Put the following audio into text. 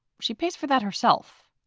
she pays for that herself.